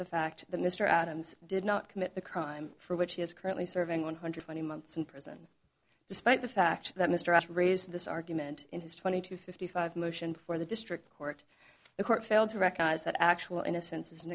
the fact that mr adams did not commit the crime for which he is currently serving one hundred twenty months in prison despite the fact that mr x rays this argument in his twenty two fifty five motion for the district court the court failed to recognize that actual innocence is an